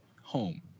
home